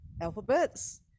alphabets